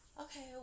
Okay